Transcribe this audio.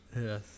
Yes